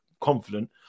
confident